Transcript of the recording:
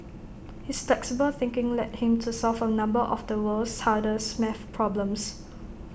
his flexible thinking led him to solve A number of the world's hardest math problems